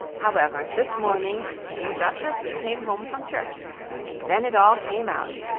however this morning he came just as we came home from church and then it all came out,